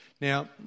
Now